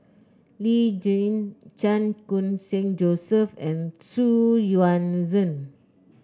Lee Tjin Chan Khun Sing Joseph and Xu Yuan Zhen